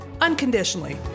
unconditionally